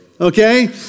okay